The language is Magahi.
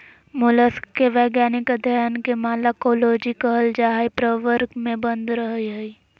मोलस्क के वैज्ञानिक अध्यन के मालाकोलोजी कहल जा हई, प्रवर में बंद रहअ हई